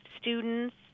students